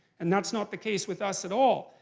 and that's not the case with us at all.